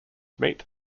meet